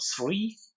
three